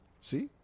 See